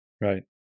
right